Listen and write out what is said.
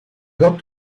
got